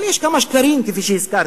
יש כמה שקרים, כפי שהזכרתי.